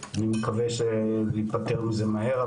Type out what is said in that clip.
אני מקווה להיפטר מזה מהר,